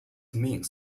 means